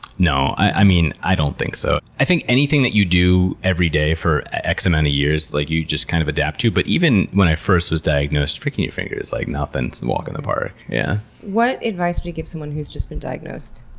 no. i mean, i don't think so. i think anything you do every day for x amount of years, like you just kind of adapt to. but even when i first was diagnosed, pricking your finger is, like, nothing. it's a and walk in the park. yeah what advice would you give someone who's just been diagnosed?